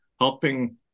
helping